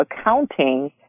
accounting